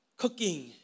Cooking